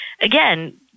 Again